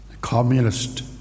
communist